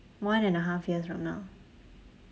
one and a half years from now